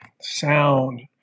sound